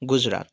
Gujarat